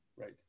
Right